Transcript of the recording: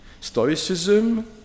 Stoicism